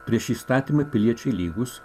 prieš įstatymą piliečiai lygūs